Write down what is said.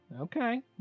Okay